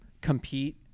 compete